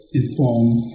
informed